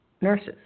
nurses